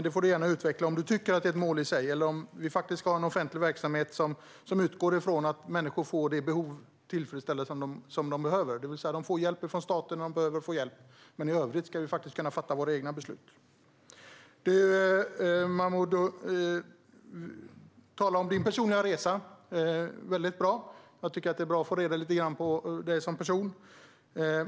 Det får du gärna utveckla - om du tycker att det är ett mål i sig, eller om vi faktiskt ska ha en offentlig verksamhet som utgår från att människor får de behov tillfredsställda som de behöver få tillfredsställda, det vill säga att de får hjälp från staten när de behöver få hjälp, men att människor i övrigt ska kunna fatta sina egna beslut. Momodou, du talade mycket bra om din personliga resa. Jag tycker att det är bra att få reda på lite grann om dig som person.